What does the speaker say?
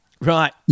Right